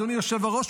אדוני היושב-ראש,